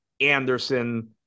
Anderson